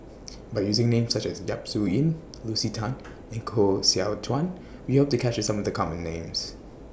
By using Names such as Yap Su Yin Lucy Tan and Koh Seow Chuan We Hope to capture Some of The Common Names